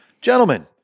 Gentlemen